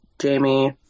Jamie